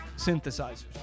synthesizers